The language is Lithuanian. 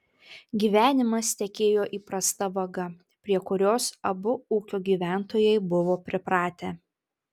gyvenimas tekėjo įprasta vaga prie kurios abu ūkio gyventojai buvo pripratę